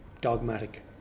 dogmatic